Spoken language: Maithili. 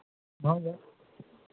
भऽ जायत